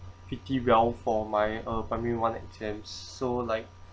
pretty well for my uh primary one exams so like